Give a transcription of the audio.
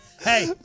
Hey